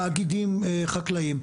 תאגידים חקלאיים,